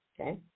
Okay